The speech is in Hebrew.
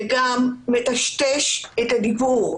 זה גם מטשטש את הדיבור.